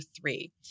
three